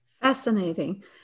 fascinating